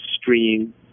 stream